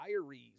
Diaries